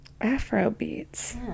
Afrobeats